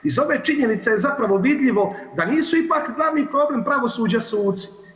Iz ove činjenice je zapravo vidljivo da nisu ipak glavni problem pravosuđa suci.